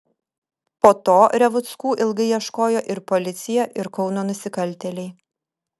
po to revuckų ilgai ieškojo ir policija ir kauno nusikaltėliai